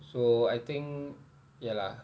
so I think ya lah